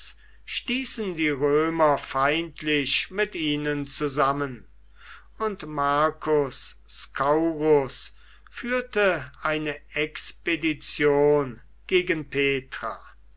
stießen die römer feindlich mit ihnen zusammen und marcus scaurus führte eine expedition gegen petra